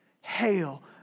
Hail